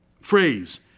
phrase